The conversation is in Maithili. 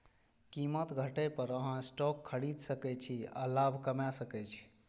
कीमत घटै पर अहां स्टॉक खरीद सकै छी आ लाभ कमा सकै छी